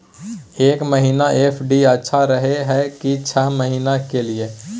एक महीना एफ.डी अच्छा रहय हय की छः महीना के लिए?